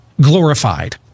glorified